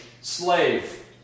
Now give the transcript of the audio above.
slave